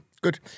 good